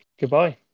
Goodbye